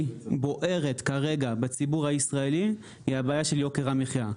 בוערת כרגע בציבור הישראלי היא הבעיה של יוקר המחיה.